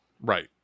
Right